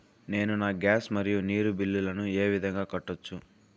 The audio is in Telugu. నేను నా గ్యాస్, మరియు నీరు బిల్లులను ఏ విధంగా కట్టొచ్చు?